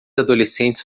adolescentes